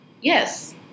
Yes